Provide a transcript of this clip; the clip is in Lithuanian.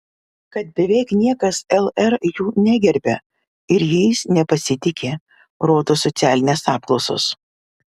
kad beveik niekas lr jų negerbia ir jais nepasitiki rodo socialinės apklausos